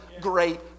great